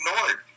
ignored